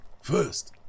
first